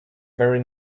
very